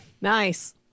Nice